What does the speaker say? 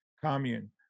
commune